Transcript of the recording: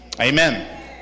amen